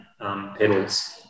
pedals